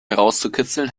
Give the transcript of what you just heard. herauszukitzeln